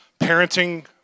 parenting